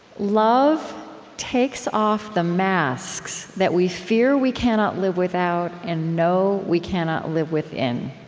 love takes off the masks that we fear we cannot live without and know we cannot live within.